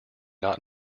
not